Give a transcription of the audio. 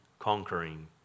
Conquering